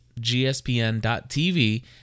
gspn.tv